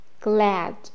Glad